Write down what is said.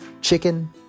chicken